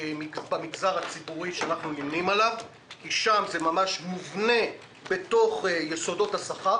במגזר הציבורי שאנחנו נמנים עליו כי שם זה ממש מובנה בתוך יסודות השכר